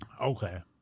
Okay